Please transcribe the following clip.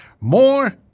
More